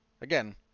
again